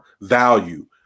value